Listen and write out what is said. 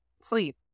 sleep